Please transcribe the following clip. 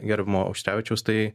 gerbiamo auštrevičiaus tai